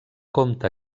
compte